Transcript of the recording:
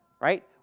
Right